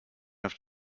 auf